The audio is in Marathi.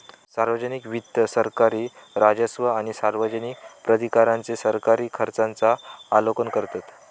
सार्वजनिक वित्त सरकारी राजस्व आणि सार्वजनिक प्राधिकरणांचे सरकारी खर्चांचा आलोकन करतत